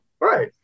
Right